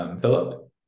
Philip